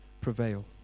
prevail